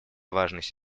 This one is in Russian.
важность